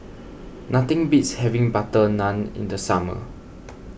nothing beats having Butter Naan in the summer